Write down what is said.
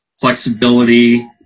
flexibility